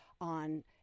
on